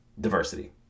Diversity